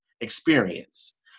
experience